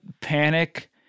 panic